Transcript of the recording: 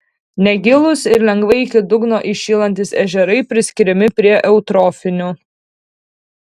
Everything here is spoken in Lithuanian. negilūs ir lengvai iki dugno įšylantys ežerai priskiriami prie eutrofinių